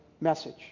message